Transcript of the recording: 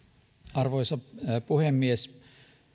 arvoisa puhemies